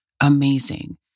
amazing